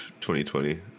2020